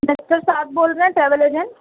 نشتر صاحب بول رہے ہیں ٹریول ایجنٹ